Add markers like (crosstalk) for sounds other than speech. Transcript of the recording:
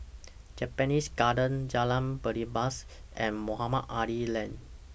(noise) Japanese Garden Jalan Belibas and Mohamed Ali Lane